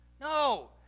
No